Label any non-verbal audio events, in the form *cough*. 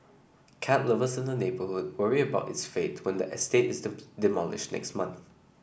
cat lovers in the neighbourhood worry about its fate when the estate is *unintelligible* demolished next month